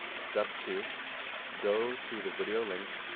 step two go to the video link,